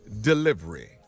delivery